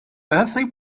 earthly